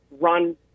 run